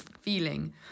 feeling